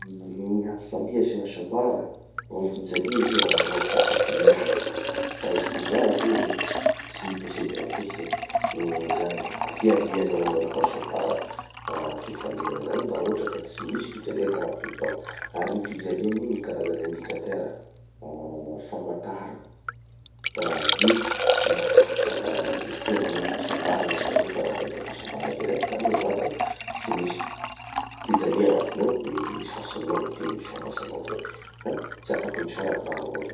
Gny hafalia sy hasambara vo gny fijalia izy io raha roa tsy afaky miala. Ka ho zaho hoe: tsy possible mihitsy gny zany, hiavianao amizany fahasambara ah fifalina zany rahotraka tsy misy fijalia tagnatiny tao. Ary gny fijaliana igny gny karazana indicateur ah famantara, ah hoe nahatratra ah tonga amina fahasambarana hanao zao fa raha davy da fahasambara direct hanao, mivanta, tsy misy fijalia agnatiny ao de sarotsy aminao gny hiteny hoe sambatsy hanao zay ka tsy afaky misaraky raha roa reo.